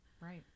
Right